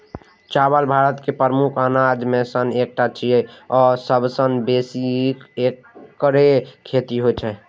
चावल भारत के प्रमुख अनाज मे सं एकटा छियै आ सबसं बेसी एकरे खेती होइ छै